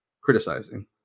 criticizing